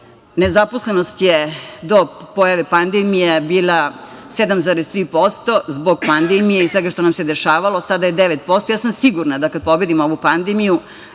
nezaposlenost je, do pojave pandemije, bila 7,3%, zbog pandemije i svega što nam se dešavalo sada je 9%. Ja sam sigurna da kada pobedimo ovu pandemiju